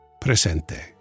Presente